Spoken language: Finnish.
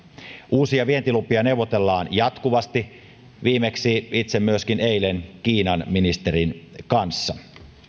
uusista vientiluvista neuvotellaan jatkuvasti itse viimeksi eilen kiinan ministerin kanssa